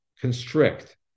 constrict